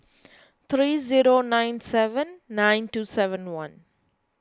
three zero nine seven nine two seven one